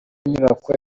nyubako